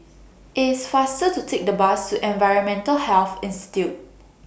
IT IS faster to Take The Bus to Environmental Health Institute